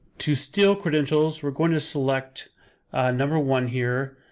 to steal credentials we're going to select number one here,